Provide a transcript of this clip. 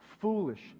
foolish